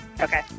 Okay